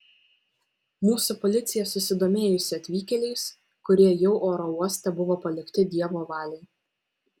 mūsų policija susidomėjusi atvykėliais kurie jau oro uoste buvo palikti dievo valiai